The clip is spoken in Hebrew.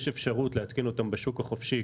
יש אפשרות להתקין אותם בשוק החופשי.